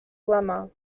lemma